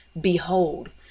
Behold